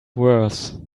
worse